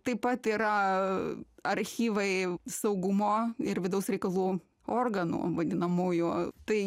taip pat yra archyvai jau saugumo ir vidaus reikalų organų vadinamųjų a tai